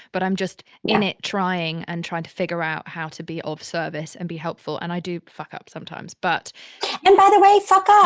but i'm just in it trying and trying to figure out how to be of service and be helpful. and i do fuck up sometimes, but and by the way, fuck up